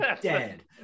dead